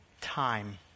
Time